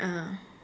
ah